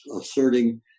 asserting